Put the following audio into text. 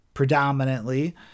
predominantly